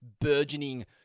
burgeoning